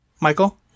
Michael